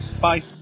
Bye